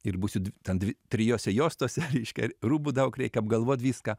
ir būsiu ten dvi trijose juostose reiškia rūbų daug reikia apgalvot viską